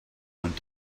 went